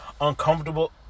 uncomfortable